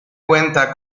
cuenta